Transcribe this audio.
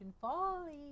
falling